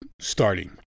starting